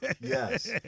Yes